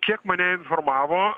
kiek mane informavo